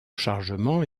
chargement